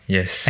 Yes